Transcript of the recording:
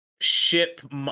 ship